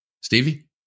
Stevie